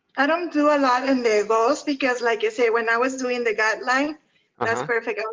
i don't do a lot in the ghost because, like i said, when i was doing the guideline, that's perfect.